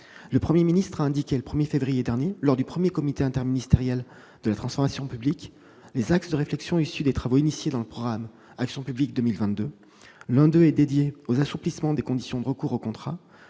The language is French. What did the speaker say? Le Premier ministre a indiqué, le 1 février dernier, lors du premier comité interministériel de la transformation publique, les axes de réflexion issus des travaux engagés dans le cadre du programme Action publique 2022. L'un d'eux est dédié aux assouplissements des conditions de recours au contrat.